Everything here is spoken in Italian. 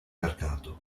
mercato